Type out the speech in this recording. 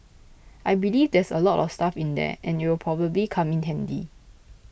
I believe there's a lot of stuff in there and it'll probably come in handy